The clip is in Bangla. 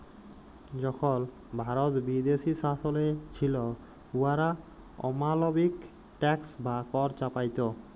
যখল ভারত বিদেশী শাসলে ছিল, উয়ারা অমালবিক ট্যাক্স বা কর চাপাইত